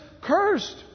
cursed